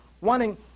wanting